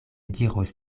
diros